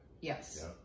Yes